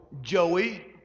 Joey